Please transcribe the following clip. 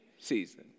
season